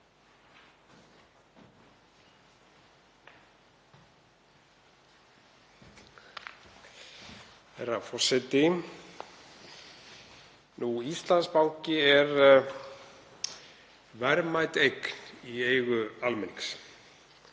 Herra forseti. Íslandsbanki er verðmæt eign í eigu almennings